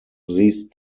these